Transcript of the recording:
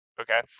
Okay